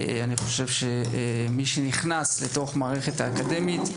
אני חושב שמי שנכנס לתוך מערכת האקדמית,